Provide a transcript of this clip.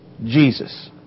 Jesus